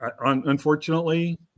Unfortunately